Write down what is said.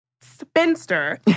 spinster